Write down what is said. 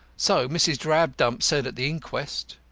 so mrs. drabdump said at the inquest.